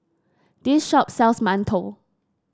this shop sells mantou